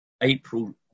April